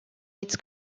its